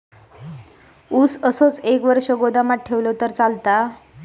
ऊस असोच एक वर्ष गोदामात ठेवलंय तर चालात?